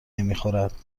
نمیخورد